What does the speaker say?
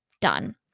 Done